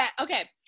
okay